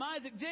Isaac